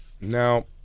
Now